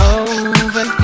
over